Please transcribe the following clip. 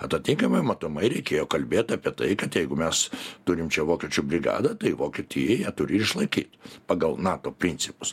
atitinkamai matomai reikėjo kalbėt apie tai kad jeigu mes turim čia vokiečių brigadą tai vokietija ją turi išlaikyt pagal nato principus